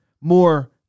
more